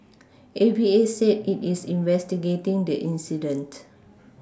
A V A said it is investigating the incident